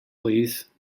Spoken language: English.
please